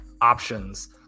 options